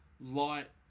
light